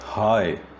Hi